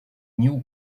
new